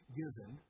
given